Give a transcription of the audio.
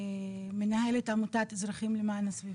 מנהלת עמותת אזרחים למען הסביבה.